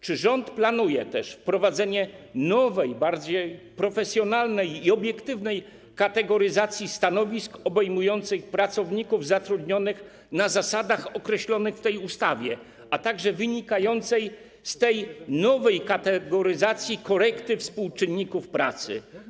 Czy rząd planuje też wprowadzenie nowej, bardziej profesjonalnej i obiektywnej kategoryzacji stanowisk obejmujących pracowników zatrudnionych na zasadach określonych w tej ustawie, a także wynikającej z tej nowej kategoryzacji korekty współczynników pracy?